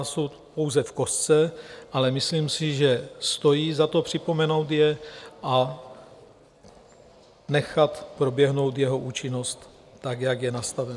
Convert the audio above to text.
Jsou pouze v kostce, ale myslím si, že stojí za to, připomenout je a nechat proběhnout jeho účinnost tak, jak je nastavena.